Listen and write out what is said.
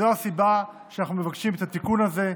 זו הסיבה שאנחנו מבקשים את התיקון הזה,